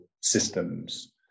systems